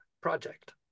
project